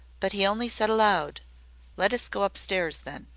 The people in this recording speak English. but he only said aloud let us go upstairs, then.